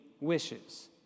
wishes